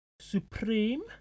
supreme